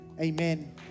amen